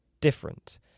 different